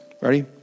ready